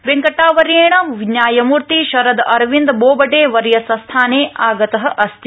वेंकटवर्येण न्यायमूर्ति शरद अरविन्द बोबडे वर्यस्य स्थाने आगत अस्ति